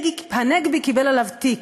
הנגבי קיבל עליו תיק,